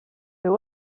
seu